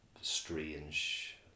strange